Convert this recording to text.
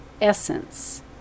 essence